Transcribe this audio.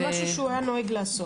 זה משהו שהוא היה נוהג לעשות?